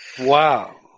Wow